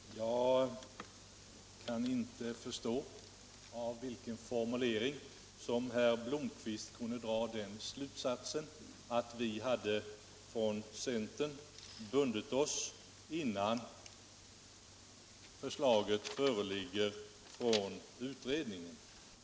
Herr talman! Jag kan inte förstå av vilken formulering herr Blomkvist kunde dra slutsatsen att vi i centern bundit oss innan utredningsförslaget föreligger.